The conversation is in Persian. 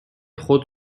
خود